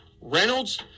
Reynolds